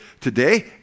today